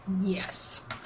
Yes